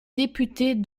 députée